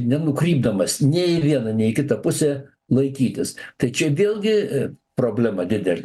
nenukrypdamas nei į vieną nei į kitą pusę laikytis tai čia vėlgi problema didelė